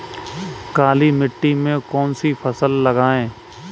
काली मिट्टी में कौन सी फसल लगाएँ?